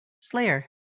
slayer